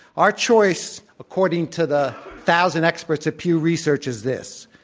our choice, according to the thousand experts at pew research, is this,